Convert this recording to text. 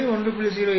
995 1